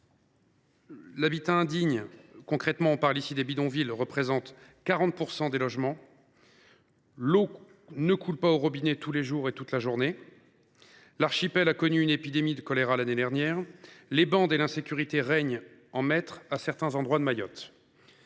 L’habitat indigne, c’est à dire, concrètement, les bidonvilles, représente 40 % des logements. L’eau ne coule pas au robinet tous les jours ni toute la journée. L’archipel a connu une épidémie de choléra l’année dernière. Les bandes et l’insécurité règnent en maître à certains endroits.